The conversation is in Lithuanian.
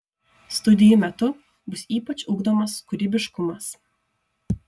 studijų metu bus ypač ugdomas kūrybiškumas